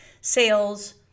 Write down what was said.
sales